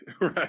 right